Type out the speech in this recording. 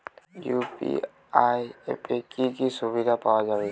UPI অ্যাপে কি কি সুবিধা পাওয়া যাবে?